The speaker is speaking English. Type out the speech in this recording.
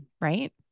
right